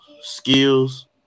skills